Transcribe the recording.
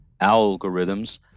algorithms